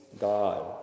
God